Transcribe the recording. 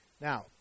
Now